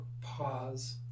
pause